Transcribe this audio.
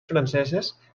franceses